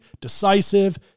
decisive